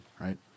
right